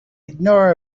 ignore